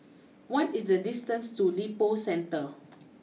what is the distance to Lippo Centre